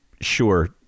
sure